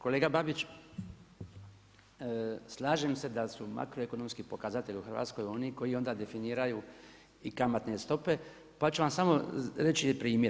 Kolega Babić, slažem se da su makroekonomski pokazatelji u Hrvatskoj oni koji onda definiraju i kamatne stope, pa ću vam samo reći primjer.